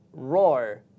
Roar